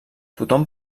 tothom